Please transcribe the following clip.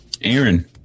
Aaron